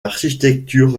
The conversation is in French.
architecture